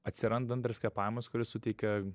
atsiranda antras kvėpavimas kuris suteikia